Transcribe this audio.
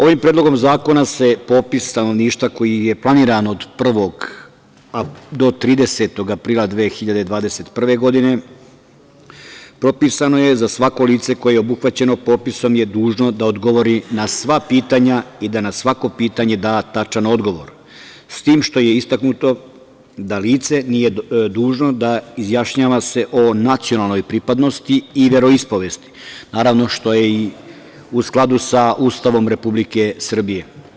Ovim Predlogom zakona se popis stanovništva koji je planiran od 1. do 30. aprila 2021. godine, propisano je za svako lice koje obuhvaćeno popisom je dužno da odgovori na sva pitanja i da na svako pitanje da tačan odgovor, s tim što je istaknuto da lice nije dužno da izjašnjava se o nacionalnoj pripadnosti i veroispovesti, naravno što je i u skladu sa Ustavom Republike Srbije.